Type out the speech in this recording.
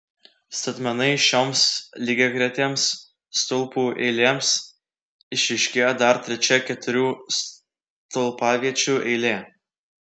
statmenai šioms lygiagretėms stulpų eilėms išryškėjo dar trečia keturių stulpaviečių eilė